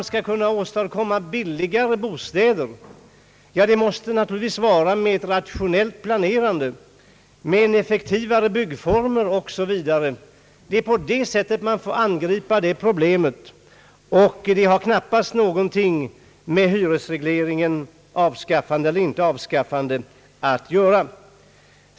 Skall man åstadkomma billigare bostäder måste det naturligtvis ske genom ett rationellt planerande, med effektivare byggformer osv. Det är på det sättet man får angripa detta problem. Det har knappast någonting med hyresregleringens avskaffande eller inte avskaffande att göra.